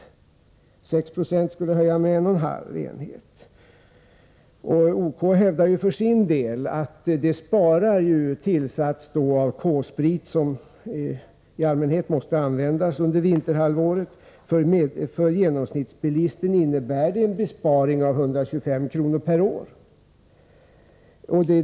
En inblandning på 6 96 skulle höja oktantalet med en och en halv enhet. OK hävdar för sin del att man spar tillsats av K-sprit, som i allmänhet måste användas under vinterhalvåret. För genomsnittsbilisten innebär det en besparing av 125 kr. per år.